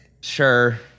Sure